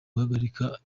guhagarika